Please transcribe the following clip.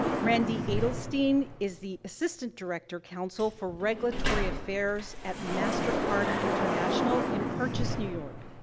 randi adelstein is the assistant director counsel for regulatory affairs at mastercard, international in purchase, new york.